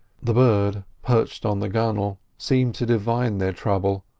the bird perched on the gunwale seemed to divine their trouble,